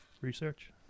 Research